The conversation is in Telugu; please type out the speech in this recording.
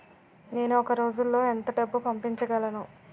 నేను ఒక రోజులో ఎంత డబ్బు పంపించగలను?